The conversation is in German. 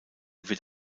wird